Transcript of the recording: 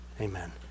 Amen